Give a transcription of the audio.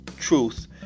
truth